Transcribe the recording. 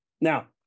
Now